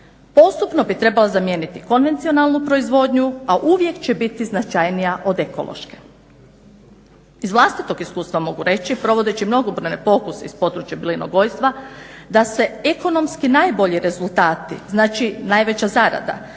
Postupno bi trebalo zamijeniti konvencionalnu proizvodnju, a uvijek će biti značajnija od ekološke. Iz vlastitog iskustva mogu reći provodeći mnogobrojne pokuse iz područja …/Govornica se ne razumije./… da se ekonomski najbolji rezultati, znači najveća zarada